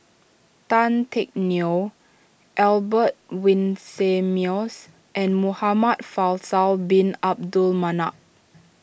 Tan Teck Neo Albert Winsemius and Muhamad Faisal Bin Abdul Manap